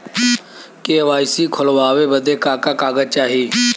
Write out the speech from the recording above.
KYC खोलवावे बदे का का कागज चाही?